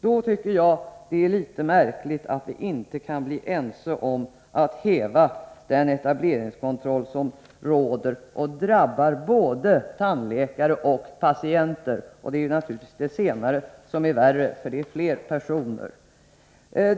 Då tycker jag att det är märkligt att vi inte kan bli ense om att häva den etableringskontroll som råder och som drabbar både tandläkare och patienter. Det är naturligtvis de senare som drabbas värst, och det gäller dessutom flera personer.